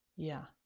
yeah.